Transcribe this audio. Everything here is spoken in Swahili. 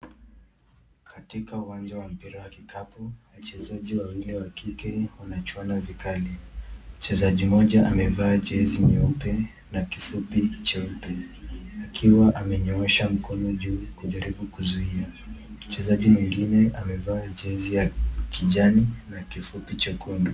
Katika uwanja wa mpira wa kikapu, wachezaji wawili wa kike wanachuana vikali. Mchezaji moja amevaa jezi nyeupe na kifupi cheupe akiwa amenyoosha mkono juu kujaribu kuzuia. Mchezaji mwengine amevaa jezi ya kijani na kifupi chekundu.